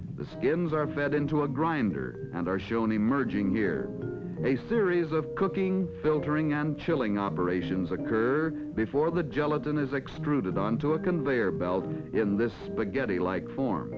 the skins are fed into a grinder and are shown emerging here a series of cooking filtering and chilling operations occur before the gelatin is extruded onto a conveyor belt in this spaghetti like form